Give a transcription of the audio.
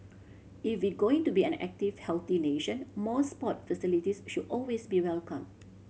if we going to be an active healthy nation more sport facilities should always be welcome